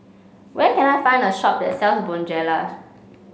where can I find a shop that sells Bonjela